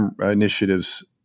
initiatives